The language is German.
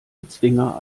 bezwinger